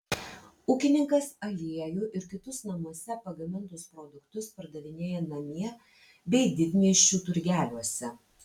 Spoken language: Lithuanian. ūkininkas aliejų ir kitus namuose pagamintus produktus pardavinėja namie bei didmiesčių turgeliuose